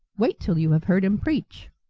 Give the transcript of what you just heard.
wait till you have heard him preach.